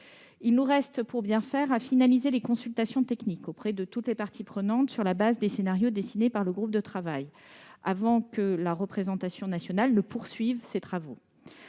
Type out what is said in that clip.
il nous reste à finaliser les consultations techniques auprès de toutes les parties prenantes sur la base des scénarios dessinés par le groupe de travail avant que la représentation nationale ne poursuive ses travaux.